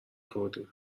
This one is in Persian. خوردیم